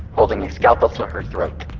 holding a scalpel to her throat.